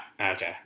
Okay